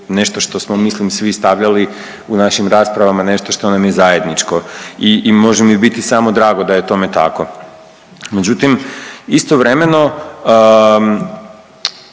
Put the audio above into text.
nešto što smo mislim svi stavljali u našim raspravama nešto što nam je zajedničko. I može mi biti samo drago da je tome tako. Međutim, istovremeno